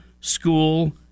school